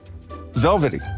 Velvety